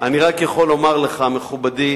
אני רק יכול לומר לך, מכובדי